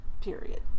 Period